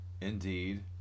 Indeed